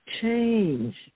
Change